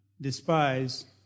despise